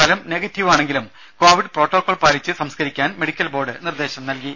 ഫലം നെഗറ്റീവാണെങ്കിലും covid protocol പാലിച്ച് സംസ്കരിക്കാൻ മെഡിക്കൽ ബോർഡ് നിർദേശം നൽകി